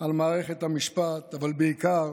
על מערכת המשפט, אבל בעיקר